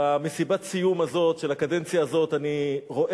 במסיבת הסיום של הקדנציה הזאת אני רואה